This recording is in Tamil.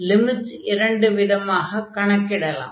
லிமிட்ஸை இரண்டு விதமாகக் கணக்கிடலாம்